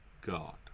God